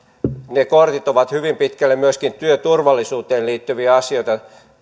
ne kortit ovat hyvin pitkälle myöskin työturvallisuuteen liittyviä asioita